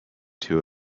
two